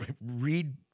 read